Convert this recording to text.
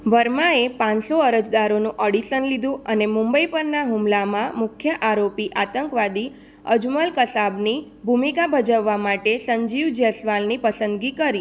વર્માએ પાંચસો અરજદારોનું ઓડિસન લીધું અને મુંબઈ પરના હુમલામાં મુખ્ય આરોપી આતંકવાદી અજમલ કસાબની ભૂમિકા ભજવવા માટે સંજીવ જયસ્વાલની પસંદગી કરી